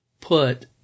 put